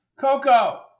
Coco